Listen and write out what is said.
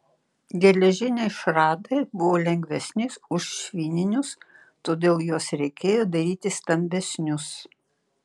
geležiniai šratai buvo lengvesni už švininius todėl juos reikėjo daryti stambesnius